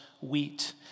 wheat